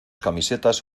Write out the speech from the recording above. camisetas